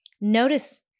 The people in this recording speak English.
Notice